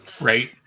Right